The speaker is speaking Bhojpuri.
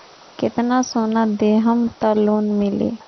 कितना सोना देहम त लोन मिली?